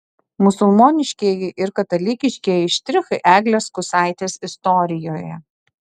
musulmoniškieji ir katalikiškieji štrichai eglės kusaitės istorijoje